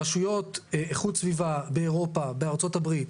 רשויות איכות סביבה באירופה, בארצות הברית,